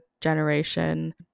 generation